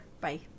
Bye